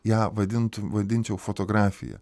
ją vadintum vadinčiau fotografija